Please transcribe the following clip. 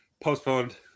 postponed